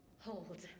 hold